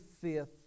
fifth